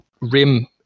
rim